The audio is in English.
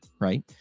right